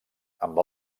amb